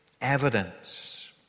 evidence